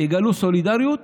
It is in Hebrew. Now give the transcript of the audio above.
יגלו סולידריות